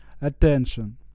attention